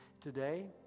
Today